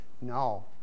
No